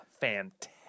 fantastic